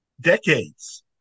Decades